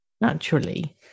Naturally